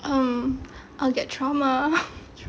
um I'll get trauma